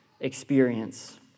experience